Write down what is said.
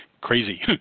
crazy